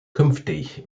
künftig